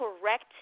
correct